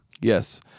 Yes